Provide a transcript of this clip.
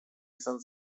izan